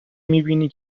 میبینی